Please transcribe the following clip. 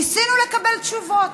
ניסינו לקבל תשובות.